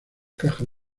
cajas